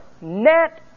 net